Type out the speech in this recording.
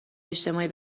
اجتماعی